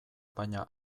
baina